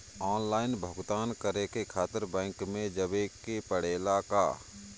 Online भुगतान करे के खातिर बैंक मे जवे के पड़ेला का?